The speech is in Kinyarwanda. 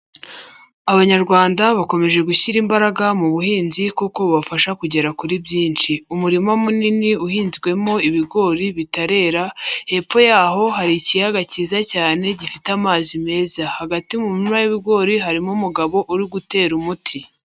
Abanyarwanda bakomeje gushyira imbaraga mu buhinzi kuko bubafasha kugera kuri byinshi. Umurima munini uhinzwemo ibigori bitarera, hepfo yaho hari ikiyaga cyiza cyane gifite amazi meza, hagati mu murima w'ibigori harimo umugabo uri gutera umuti.